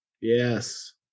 Yes